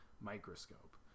microscope